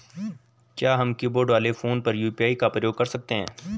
क्या हम कीबोर्ड वाले फोन पर यु.पी.आई का प्रयोग कर सकते हैं?